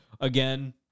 again